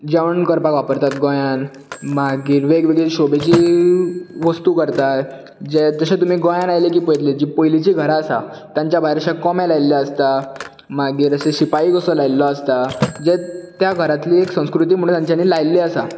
जेवण करपाक वापरतात गोंयांन मागीर वेगवेगळीं शोबेचीं वस्तू करता जे जशें तुमी गोंयांन आयले की पयतले जीं पयलिंची घरां आसा तेंच्या भायर अशें कोमे लायिल्ले आसता मागीर शिपायी कसो लायिल्लो आसता जो त्या घरांतली एक संस्कृती कशी ती तांच्यानी लायिल्ली आसा